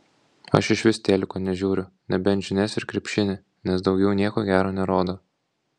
aš išvis teliko nežiūriu nebent žinias ir krepšinį nes daugiau nieko gero nerodo